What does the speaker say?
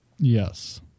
Yes